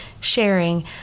sharing